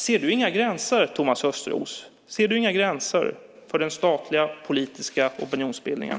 Ser du inga gränser, Thomas Östros, för den statliga politiska opinionsbildningen?